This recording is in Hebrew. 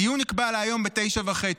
הדיון נקבע להיום ב-09:30.